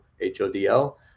H-O-D-L